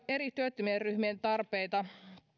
eri työttömien ryhmien tarpeita